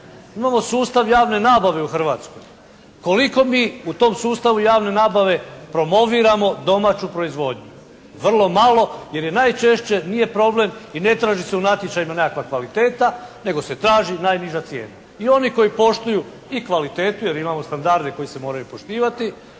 imamo sustav javne nabave u Hrvatskoj. Koliko mi u tom sustavu javne nabave promoviramo domaću proizvodnju? Vrlo malo, jer je najčešće nije problem i ne traži se u natječajima nekakva kvaliteta nego se traži najniža cijena. I oni koji poštuju i kvalitetu, jer imamo standarde koji se moraju poštivati,